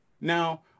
Now